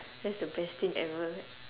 that's the best thing ever